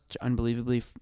unbelievably